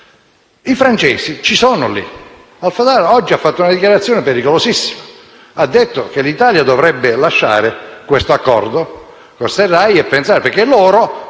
I francesi sono lì. Haftar oggi ha fatto una dichiarazione pericolosissima: ha detto che l'Italia dovrebbe lasciare l'accordo con al-Sarraj, perché loro,